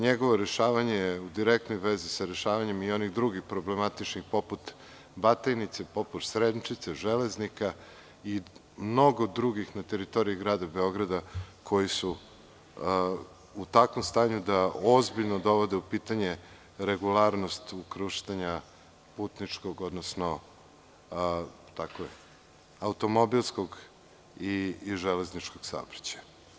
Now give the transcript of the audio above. Njegovo rešavanje je u direktnoj vezi sa rešavanjem i onih drugih problematičnih, poput Batajnice, poput Sremčice, Železnika i mnogo drugih na teritoriji Grada Beograda, koji su u takvom stanju da ozbiljno dovode u pitanje regularnost ukrštanja putničkog, odnosno automobilskog i železničkog saobraćaja.